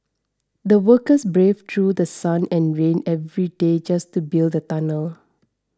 the workers braved through The Sun and rain every day just to build the tunnel